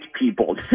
people